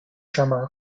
drummer